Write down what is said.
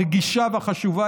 הרגישה והחשובה,